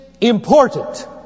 important